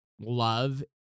love